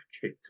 kick